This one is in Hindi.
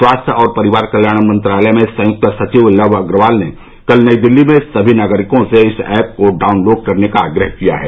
स्वास्थ्य और परिवार कल्याण मंत्रालय में संयुक्त सचिव लव अग्रवाल ने कल नई दिल्ली में सभी नागरिकों से इस ऐप को डाउनलोड करने का आग्रह किया है